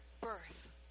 birth